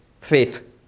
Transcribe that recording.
Faith